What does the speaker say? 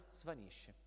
svanisce